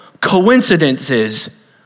coincidences